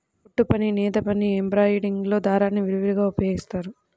కుట్టుపని, నేతపని, ఎంబ్రాయిడరీలో దారాల్ని విరివిగా ఉపయోగిస్తారు